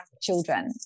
children